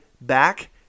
back